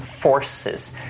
forces